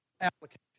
application